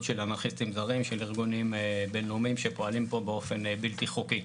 של אנרכיסטים זרים של ארגונים בין-לאומיים שפועלים פה באופן בלתי חוקי.